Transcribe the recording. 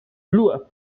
blew